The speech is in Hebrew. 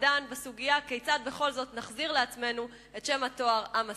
לדון בסוגיה כיצד בכל זאת נחזיר לעצמנו את שם התואר "עם הספר".